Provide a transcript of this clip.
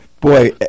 boy